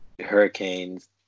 Hurricanes